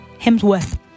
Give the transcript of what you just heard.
Hemsworth